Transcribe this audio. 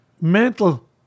Mental